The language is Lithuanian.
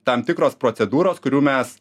tam tikros procedūros kurių mes